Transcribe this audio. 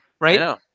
Right